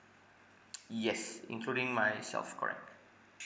yes including myself correct